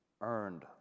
earned